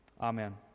Amen